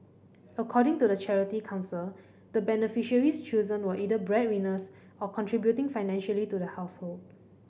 according to the Charity Council the beneficiaries chosen were either bread winners or contributing financially to the household